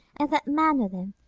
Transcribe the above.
and that man with him.